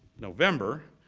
november,